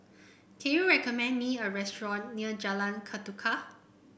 can you recommend me a restaurant near Jalan Ketuka